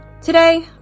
Today